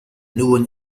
known